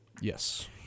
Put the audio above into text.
Yes